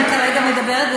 אני כרגע מדברת,